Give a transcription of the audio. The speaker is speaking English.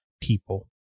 people